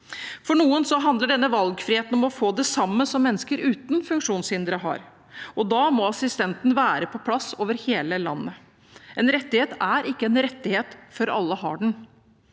For noen handler denne valgfriheten om å få det samme som mennesker uten funksjonshindre har. Da må assistanse være på plass over hele landet. En rettighet er ikke en rettighet før alle har den.